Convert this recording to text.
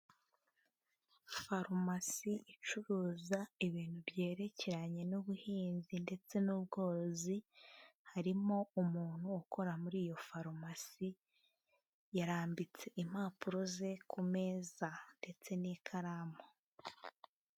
Farumasi icuruza ibintu byerekeranye n'ubuhinzi ndetse n'ubworozi, harimo umuntu ukora muri iyo farumasi, yarambitse impapuro ze ku meza ndetse n'ikaramu.